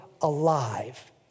alive